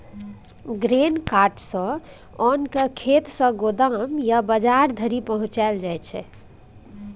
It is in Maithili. ग्रेन कार्ट सँ ओन केँ खेत सँ गोदाम या बजार धरि पहुँचाएल जाइ छै